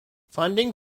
funding